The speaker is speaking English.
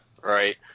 right